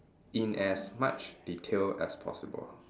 in as much detail as possible